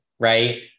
Right